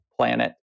Planet